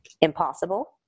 impossible